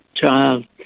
child